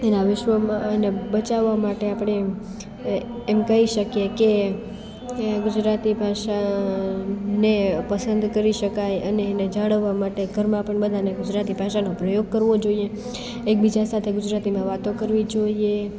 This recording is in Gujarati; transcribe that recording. એના વિશ્વમાં એને બચાવા માટે આપણે એમ કહી શકીએ કે કે ગુજરાતી ભાષાને પસંદ કરી શકાય અને એને જાળવવા માટે ઘરમાં પણ બધાને ગુજરાતી ભાષાનો પ્રયોગ કરવો જોઈએ એકબીજા સાથે ગુજરાતીમાં વાતો કરવી જોઈએ